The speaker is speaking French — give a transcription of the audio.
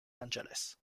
angeles